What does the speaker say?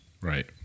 Right